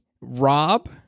Rob